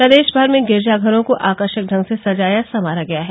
प्रदेश भर में गिरजा घरों को आकर्षक ढंग से सजाया संवारा गया है